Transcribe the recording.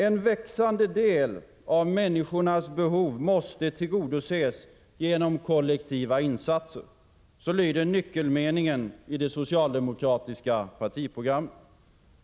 ”En växande del av människors behov måste tillgodoses genom kollektiva insatser.” Så lyder nyckelmeningen i det socialdemokratiska partiprogrammet.